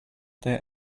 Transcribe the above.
their